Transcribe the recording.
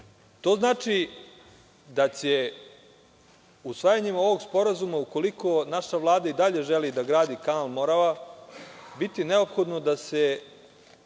To znači, da će usvajanjem ovog sporazuma, ukoliko naša Vlada i dalje želi da gradi kanal Morava, biti neophodno da se